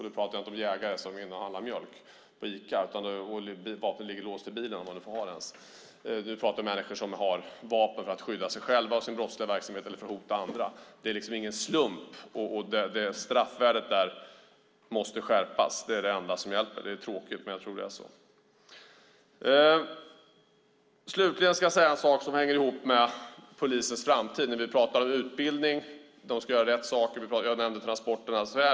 Då pratar jag inte om jägarna som går in och handlar mjölk på Ica och har vapnet inlåst i bilen - om man nu ens får ha det - utan jag pratar om människor som har vapen för att skydda sig själva och sin brottsliga verksamhet eller för att hota andra. Det är ingen slump, och straffvärdet där måste skärpas. Det är det enda som hjälper. Det är tråkigt, men jag tror att det är så. Slutligen ska jag säga en sak som hänger ihop med polisens framtid. Vi pratar om utbildning. Polisen ska göra rätt saker. Jag nämnde transporterna.